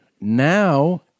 Now